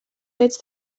fets